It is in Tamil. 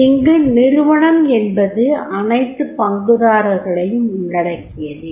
இங்கு நிறுவனம் என்பது அனைத்து பங்குதாரர்களையும் உள்ளடக்கியதே